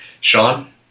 Sean